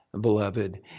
Beloved